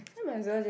so might as well just